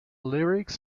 lyrics